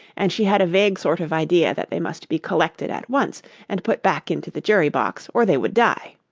and she had a vague sort of idea that they must be collected at once and put back into the jury-box, or they would die.